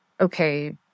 okay